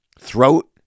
throat